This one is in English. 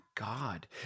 God